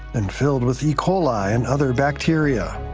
and filled with e. coli and other bacteria.